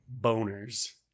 boners